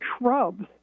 shrubs